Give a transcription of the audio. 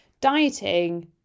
Dieting